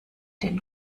den